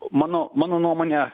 mano mano nuomone